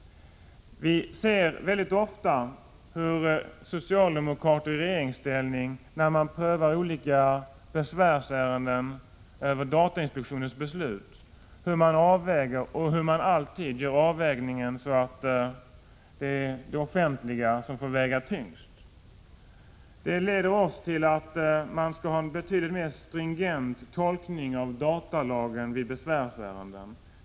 Vi ser ofta hur socialdemokrater i regeringsställning när man prövar olika besvärsärenden över datainspektionens beslut alltid gör avvägningen så att det offentliga får väga tyngst. Det leder oss till att kräva en betydligt mer stringent tolkning av datalagen vid besvärsärenden.